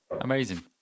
Amazing